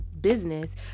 business